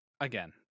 again